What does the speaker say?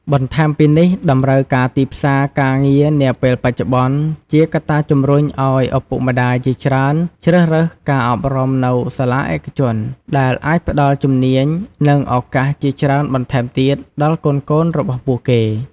បន្ថែមពីនេះ តម្រូវការទីផ្សារការងារនាពេលបច្ចុប្បន្នជាកត្តាជំរុញឱ្យឪពុកម្តាយជាច្រើនជ្រើសរើសការអប់រំនៅសាលាឯកជន ដែលអាចផ្តល់ជំនាញ និងឱកាសជាច្រើនបន្ថែមទៀតដល់កូនៗរបស់ពួកគេ។